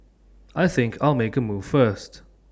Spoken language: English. I think I'll make A move first